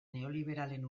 neoliberalen